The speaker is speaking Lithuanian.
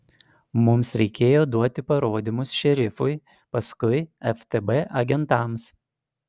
mums reikėjo duoti parodymus šerifui paskui ftb agentams